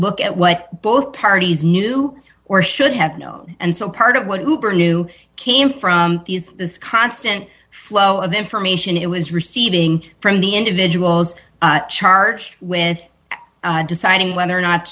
look at what both parties knew or should have known and so part of what hoover knew came from these this constant flow of information it was receiving from the individuals charged with deciding whether or not